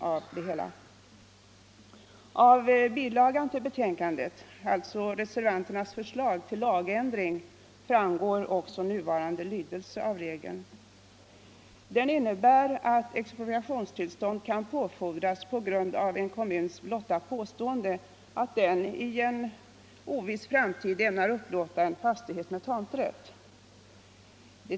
Av den föreslagna bilagan till betänkandet — alltså reservanternas förslag till lagändring — framgår också nuvarande lydelse av regeln. Den innebär att expropriationstillstånd kan påfordras på grund av en kommuns blotta påstående att den i en oviss framtid ämnar upplåta en fastighet med tomträtt.